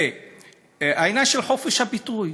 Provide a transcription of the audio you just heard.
והעניין של חופש הביטוי,